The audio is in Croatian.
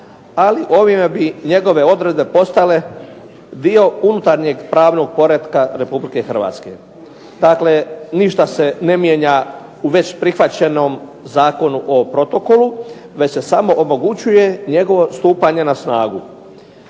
Ali ovime bi njegove odredbe postale dio unutarnjeg pravnog poretka RH. Dakle, ništa se ne mijenja u već prihvaćenom Zakonu o protokolu već se samo omogućuje njegovo stupanje na snagu.